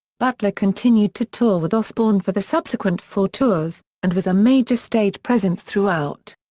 butler continued to tour with osbourne for the subsequent four tours, and was a major stage presence throughout.